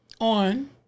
on